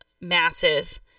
massive